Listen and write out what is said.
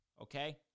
Okay